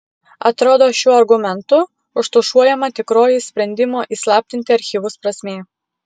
atrodo šiuo argumentu užtušuojama tikroji sprendimo įslaptinti archyvus prasmė